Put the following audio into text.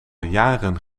jaren